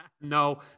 No